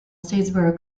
statesboro